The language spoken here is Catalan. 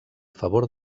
favor